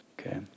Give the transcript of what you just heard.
Okay